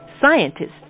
scientists